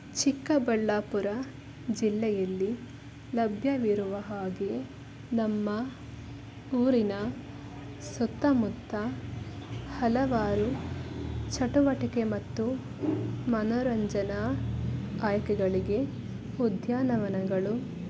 ಚಿಕ್ಕಬಳ್ಳಾಪುರ ಜಿಲ್ಲೆಯಲ್ಲಿ ಲಭ್ಯವಿರುವ ಹಾಗೆ ನಮ್ಮ ಊರಿನ ಸುತ್ತಮುತ್ತ ಹಲವಾರು ಚಟುವಟಿಕೆ ಮತ್ತು ಮನೋರಂಜನಾ ಆಯ್ಕೆಗಳಿಗೆ ಉದ್ಯಾನವನಗಳು